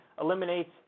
eliminates –